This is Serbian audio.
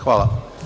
Hvala.